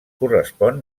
correspon